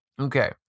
Okay